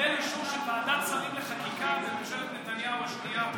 שקיבל אישור של ועדת שרים לחקיקה בממשלת נתניהו השנייה,